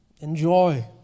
Enjoy